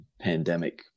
pandemic